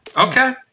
Okay